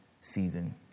season